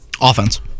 offense